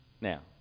Now